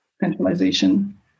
centralization